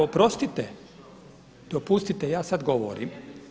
Oprostite, dopustite ja sada govorim.